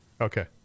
Okay